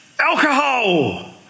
alcohol